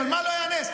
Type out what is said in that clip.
אבל מה לא היה נס?